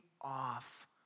off